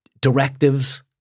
directives